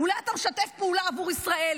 אולי אתה משתף פעולה עבור ישראל,